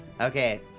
Okay